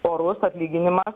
orus atlyginimas